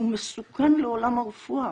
הוא מסוכן לעולם הרפואה.